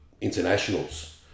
internationals